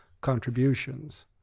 contributions